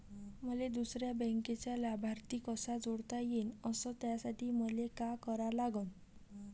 मले दुसऱ्या बँकेचा लाभार्थी कसा जोडता येईन, अस त्यासाठी मले का करा लागन?